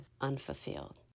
unfulfilled